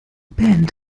band